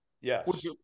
Yes